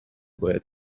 باید